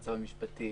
המצב המשפטי